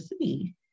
see